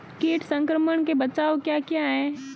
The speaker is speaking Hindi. कीट संक्रमण के बचाव क्या क्या हैं?